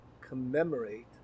commemorate